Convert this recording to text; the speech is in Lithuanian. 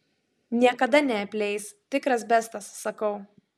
niekada neapleis tikras bestas sakau